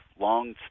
long